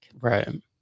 Right